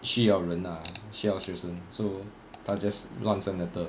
需要人啊需要学生 so 他 just 乱 send letter